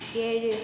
ஏழு